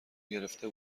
گرفته